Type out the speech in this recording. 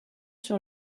sur